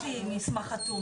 מסמך.